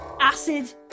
Acid